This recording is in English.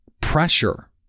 pressure